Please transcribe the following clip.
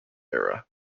era